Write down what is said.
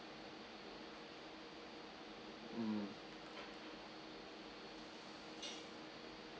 mm